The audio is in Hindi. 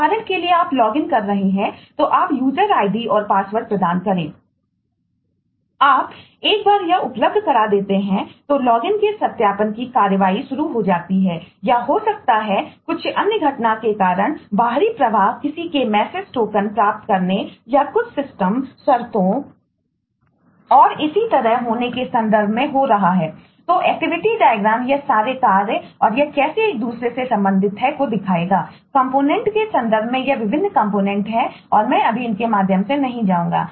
उदाहरण के लिए आप लॉगइन हैं और मैं अभी इनके माध्यम से नहीं जाऊंगा